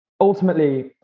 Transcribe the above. ultimately